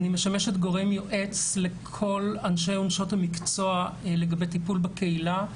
אני משמשת גורם יועץ לכל אנשי ונשות המקצוע לגבי טיפול בקהילה,